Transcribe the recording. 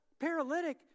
paralytic